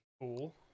cool